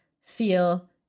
feel